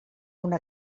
una